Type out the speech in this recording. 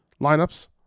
lineups